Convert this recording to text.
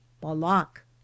balak